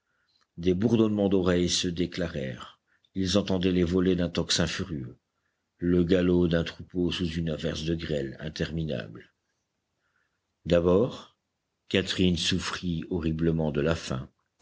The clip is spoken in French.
des bourdonnements d'oreilles se déclarèrent ils entendaient les volées d'un tocsin furieux le galop d'un troupeau sous une averse de grêle interminable d'abord catherine souffrit horriblement de la faim